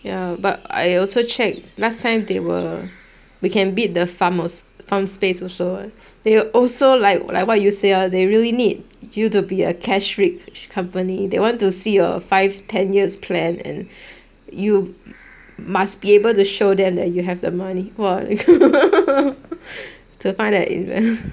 ya but I also checked last time they were we can bid the farmers farm space also they also like like what you say lor they really need you to be a cash rich company they want to see your five ten years plan and you must be able to show them that you have the money !wah! to farm and invest